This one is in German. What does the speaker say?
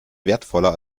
wertvoller